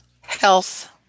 Health